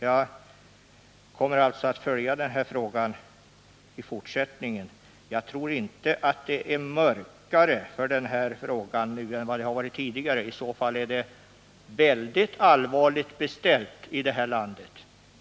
Jag kommer alltså att följa den här frågan i fortsättningen. Jag tror inte att utsikterna är mörkare nu än tidigare. I så fall är det väldigt allvarligt beställt i det här landet.